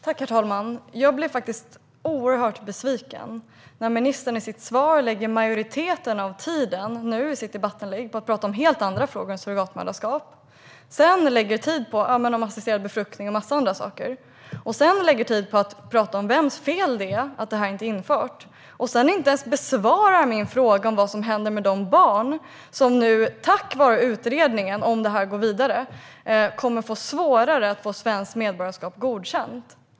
Herr talman! Jag blir oerhört besviken när ministern använder majoriteten av tiden i sitt debattinlägg till att prata om helt andra frågor än surrogatmoderskap, till exempel om assisterad befruktning och en massa andra frågor. Han lägger sedan också tid på att prata om vems fel det är att det här inte är infört och besvarar inte ens min fråga om vad som händer med de barn som nu, tack vare utredningen om det här går vidare, kommer att få svårare att få svenskt medborgarskap godkänt.